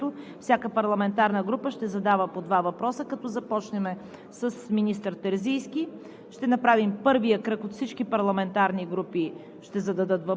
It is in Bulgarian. по 10 минути възможност на министрите да направят изложение, след което всяка парламентарна група ще задава по 2 въпроса, като започнем с министър Терзийски.